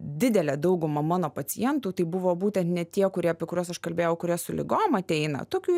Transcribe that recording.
didelė dauguma mano pacientų tai buvo būtent ne tie kurie apie kuriuos aš kalbėjau kurie su ligom ateina tokių